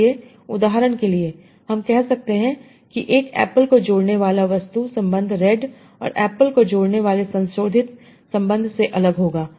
इसलिए उदाहरण के लिए हम कह सकते हैं कि एक एप्पल को जोड़ने वाला वस्तु संबंध रेड और एप्पल को जोड़ने वाले संशोधित संबंध से अलग होगा